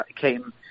came